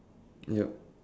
yup